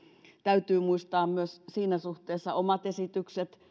täytyy tietenkin muistaa siinä suhteessa myös omat esityksensä